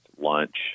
lunch